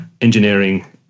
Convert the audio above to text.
engineering